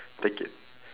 take it